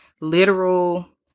literal